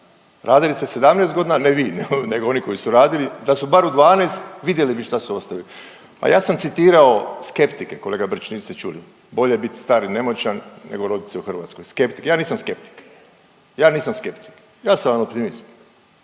Radili ste 17 godina ne vi, nego oni koji su radili, da su bar u 12 vidjeli bi šta su ostavili. Ma ja sam citirao skeptike kolegice Brčić niste čuli, bolje bit star i nemoćan nego rodit se u Hrvatskoj, skeptik. Ja nisam skeptik, ja nisam